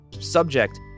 subject